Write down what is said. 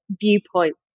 viewpoint